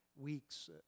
weeks